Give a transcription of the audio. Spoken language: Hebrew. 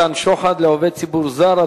(מתן שוחד לעובד ציבור זר),